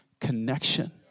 connection